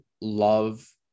love